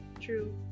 true